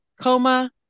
coma